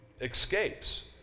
escapes